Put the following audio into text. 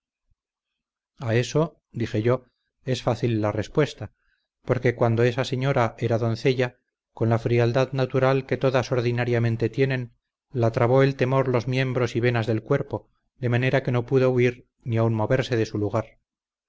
eso dije yo es fácil la respuesta porque cuando esa señora era doncella con la frialdad natural que todas ordinariamente tienen la trabó el temor los miembros y venas del cuerpo de manera que no pudo huir ni aun moverse de su lugar